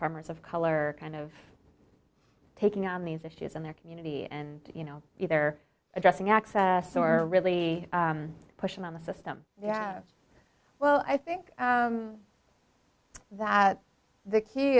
farmers of color kind of taking on these issues in their community and you know either addressing access or really pushing on the system well i think that the key